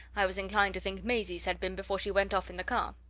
i was inclined to think maisie's had been before she went off in the car.